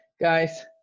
guys